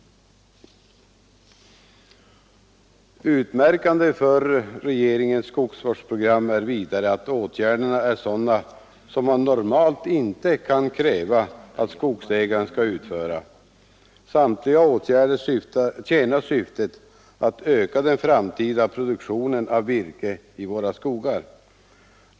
Utmärkande för regeringens skogsvårdsprogram är vidare att åtgärderna är sådana som man normalt inte kan kräva att skogsägarna skall utföra. Samtliga åtgärder tjänar syftet att öka den framtida produktionen av virke i våra skogar.